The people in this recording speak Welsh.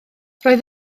roedd